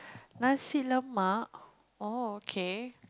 nasi-Lemak oh okay